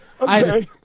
Okay